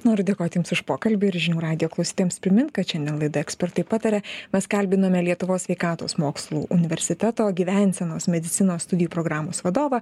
noriu dėkoti jums už pokalbį ir žinių radijo klausytojams primint kad šiandien laida ekspertai pataria mes kalbinome lietuvos sveikatos mokslų universiteto gyvensenos medicinos studijų programos vadovą